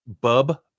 Bub